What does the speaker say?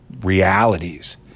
realities